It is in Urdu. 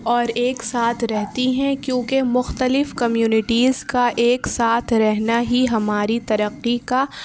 اور ایک ساتھ رہتی ہیں کیونکہ مختلف کمیونیٹیز کا ایک ساتھ رہنا ہی ہماری ترقی کا